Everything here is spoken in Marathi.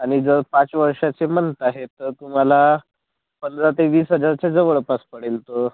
आणि जर पाच वर्षाचे म्हणत आहे तर तुम्हाला पंधरा ते वीस हजारच्या जवळपास पडेल तो